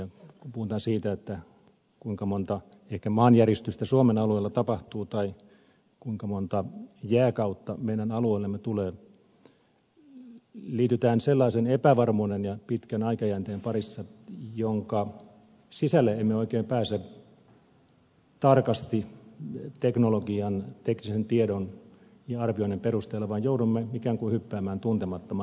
kun puhutaan siitä kuinka monta maanjäristystä ehkä suomen alueella tapahtuu tai kuinka monta jääkautta meidän alueellemme tulee liikutaan sellaisen epävarmuuden ja pitkän aikajänteen parissa jonka sisälle emme oikein pääse tarkasti teknologian teknisen tiedon ja arvioinnin perusteella vaan joudumme ikään kuin hyppäämään tuntemattomaan